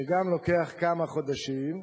שגם לוקח כמה חודשים,